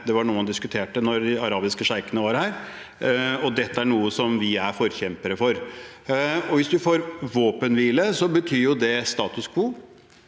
Det var noe man diskuterte da de arabiske sjeikene var her, og dette er noe som vi er forkjempere for. Hvis man får våpenhvile, betyr det status quo